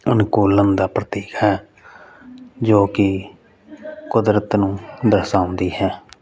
ਅਨਕੂਲਣ ਦਾ ਪ੍ਰਤੀਕ ਹੈ ਜੋ ਕਿ ਕੁਦਰਤ ਨੂੰ ਦਰਸਾਉਂਦੀ ਹੈ